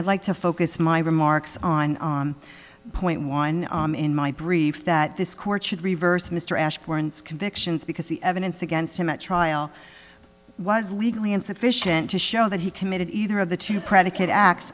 i'd like to focus my remarks on point one in my brief that this court should reverse mr ashburn convictions because the evidence against him at trial was legally insufficient to show that he committed either of the two predicate acts